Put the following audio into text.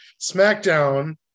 SmackDown